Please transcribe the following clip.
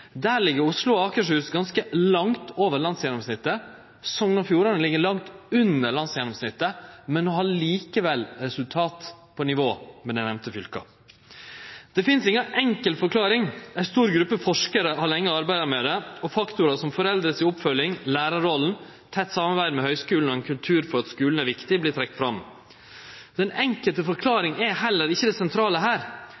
Der ligg Oslo og Akershus ganske langt over landsgjennomsnittet. Sogn og Fjordane ligg langt under landsgjennomsnittet, men har likevel resultat på nivå med dei nemnde fylka. Det finst inga enkel forklaring. Ei stor gruppe forskarar har lenge arbeidd med det, og faktorar som foreldreoppfølging, lærarrolla, tett samarbeid med høgskulen og ein kultur for at skulen er viktig, vert trekte fram. Den enkelte